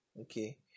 okay